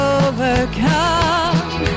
overcome